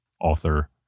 author